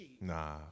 Nah